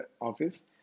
office